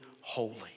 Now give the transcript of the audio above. holy